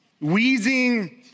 wheezing